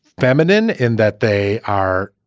feminine in that they are